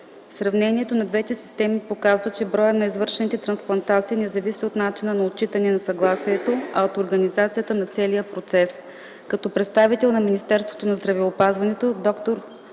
Сравнението на двете системи показва, че броят на извършените трансплантации не зависи от начина за отчитане на съгласието, а от организацията на целия процес. Като представител на Министерството на здравеопазването, д-р